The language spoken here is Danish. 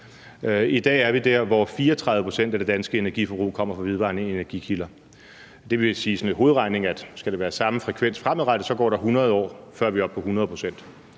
I dag er vi der, hvor 34 pct. af det danske energiforbrug kommer fra vedvarende energikilder, og det vil med lidt hovedregning sige, at skal det være samme frekvens fremadrettet, går der 100 år, før vi er oppe på 100 pct.